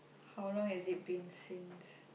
how long has it been since